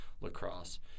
lacrosse